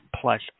Plus